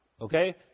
okay